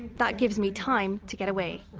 that gives me time to get away